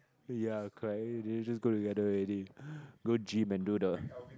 ya correct then you just go together already go gym and do the